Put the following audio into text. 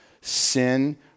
sin